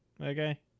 Okay